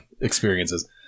experiences